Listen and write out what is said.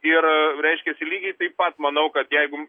ir reiškiasi lygiai taip pat manau kad jeigu